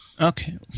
Okay